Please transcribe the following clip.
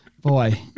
boy